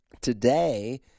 today